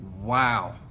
Wow